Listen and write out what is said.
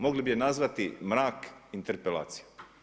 Mogli bi je nazvati mrak interpelacija.